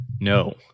No